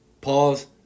pause